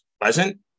pleasant